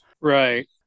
Right